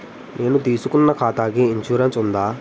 నేను తీసుకున్న ఖాతాకి ఇన్సూరెన్స్ ఉందా?